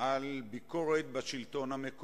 יצביע בעד.